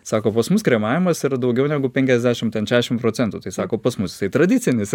sako pas mus kremavimas yra daugiau negu penkiasdešim ten šešim procentų tai sako pas mus jisai tradicinis